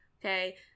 okay